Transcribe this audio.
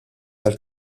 tal